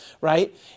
right